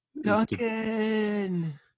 Duncan